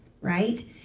right